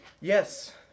Yes